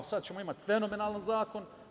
Sada ćemo imati fenomenalan zakon.